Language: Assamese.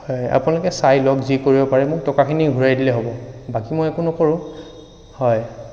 হয় আপোনালোকে চাই লওক যি কৰিব পাৰে মোক টকাখিনি ঘুৰাই দিলেই হ'ব বাকী মই একো নকৰোঁ হয়